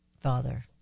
Father